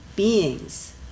beings